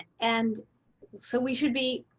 and so we should be